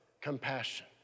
compassion